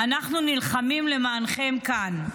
אנחנו נלחמים למענכם כאן.